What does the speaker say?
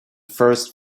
first